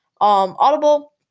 Audible